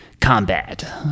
combat